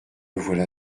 voilà